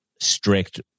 strict